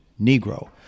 Negro